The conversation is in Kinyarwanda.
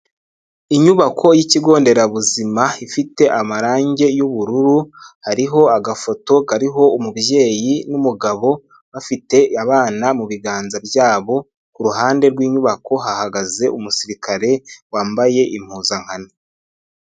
Inyubako yikigo nderabuzima ifite amarangi y'ubururu, hariho agafoto kariho umubyeyi n'umugabo bafite abana mubiganza byabo, ku ruhande rw'inyubako hahagaze umusirikare wambaye impuzankano.